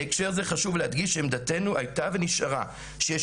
בהקשר זה חשוב להדגיש שעמדתנו הייתה ונשארה שיש